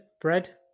bread